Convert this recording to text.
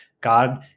God